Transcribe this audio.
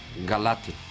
Galati